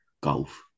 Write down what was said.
golf